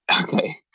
Okay